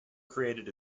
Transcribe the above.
created